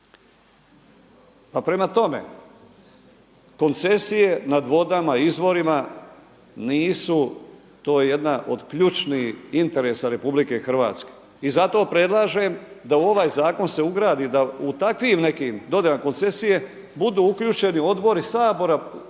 Pa prema tome, koncesije nad vodama, izvorima nisu to je jedna od ključnih interesa RH i zato predlažem da u ovaj zakon se ugradi da u takvim nekim dodjelama koncesije budu uključeni odbori Sabora ako